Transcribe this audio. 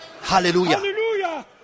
Hallelujah